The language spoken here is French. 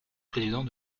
président